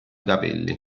capelli